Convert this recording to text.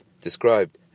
described